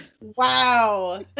Wow